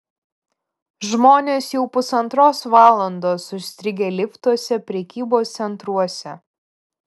žmonės jau pusantros valandos užstrigę liftuose prekybos centruose